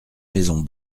maisons